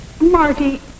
Marty